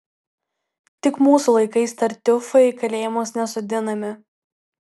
tik mūsų laikais tartiufai į kalėjimus nesodinami